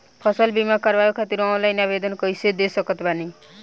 फसल बीमा करवाए खातिर ऑनलाइन आवेदन कइसे दे सकत बानी?